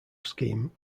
scheme